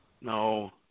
no